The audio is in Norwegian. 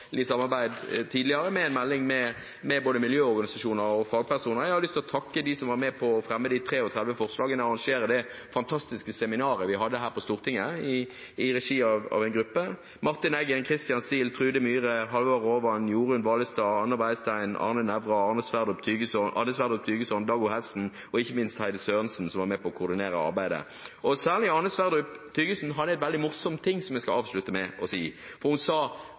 å fremme de 33 forslagene og arrangere det fantastiske seminaret vi hadde her på Stortinget i regi av en gruppe: Martin Eggen, Christian Steel, Trude Myhre, Halvard Raavand, Jorunn Vallestad, Anne Breistein, Arne Nævra, Anne Sverdrup-Thygeson, Dag O. Hessen og ikke minst Heidi Sørensen, som var med på å koordinere arbeidet. Anne Sverdrup-Thygeson sa noe veldig morsomt, som jeg skal avslutte med: